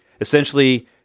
essentially